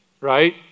Right